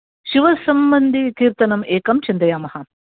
शिवसम्बन्धी कीर्तनम् एकं चिन्तयामः